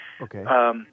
Okay